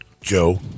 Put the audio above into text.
Joe